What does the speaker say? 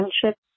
friendship